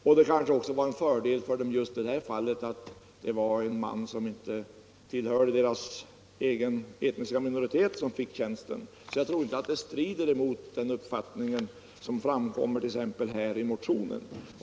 Det var kanske också i just detta fall en fördel att det inte var en man från ifrågavarande etniska minoritet som fick tjänsten. Jag tror alltså inte att förhållandet beträffande denna tjänst strider mot den uppfattning som framkommit i motionen.